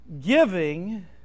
Giving